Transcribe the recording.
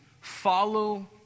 Follow